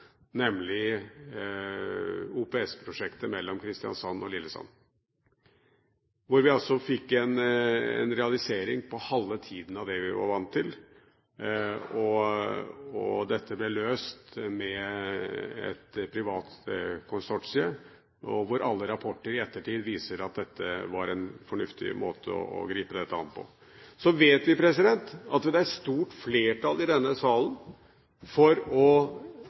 nemlig OPS-prosjektet mellom Kristiansand og Lillesand, hvor vi altså fikk en realisering på halve tiden av det vi var vant til. Dette ble løst med et privat konsortium, og alle rapporter i ettertid viser at dette var en fornuftig måte å gripe det an på. Så vet vi at det er et stort flertall i denne salen – det er litt varierende hvor langt fram vi ser målet – for